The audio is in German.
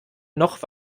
noch